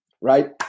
right